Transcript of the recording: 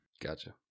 gotcha